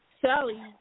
Sally